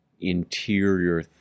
interior